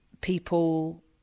people